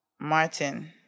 Martin